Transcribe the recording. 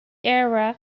era